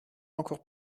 encore